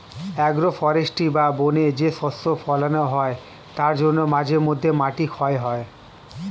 agro forestry বা বনে যে শস্য ফোলানো হয় তার জন্য মাঝে মধ্যে মাটি ক্ষয় হয়